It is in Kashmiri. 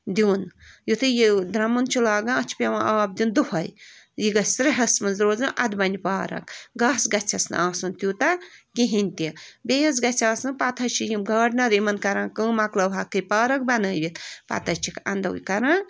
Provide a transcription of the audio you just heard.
دیُن یُھٕے یہِ درٛمُن چھُ لاگان اَتھ چھِ پٮ۪وان آب دُیُن دۄہَے یہِ گَژھِ سرٛیٚہس منٛز روزُن اَدٕ بَنہِ یہِ پارک گاسہٕ گژھٮ۪س نہٕ آسُن تیوٗتاہ کِہیٖنۍ تہِ بیٚیہِ حظ گَژھِ آسُن پتہٕ حظ چھِ یِم گاڈنر یِمن کَران کٲم مکلٲوہَکھ یہِ پارک بَنٲوِتھ پتہٕ حظ چھِکھ انٛدو کَران